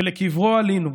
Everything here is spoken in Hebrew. ולקברו של ז'בוטינסקי עלינו